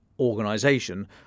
organization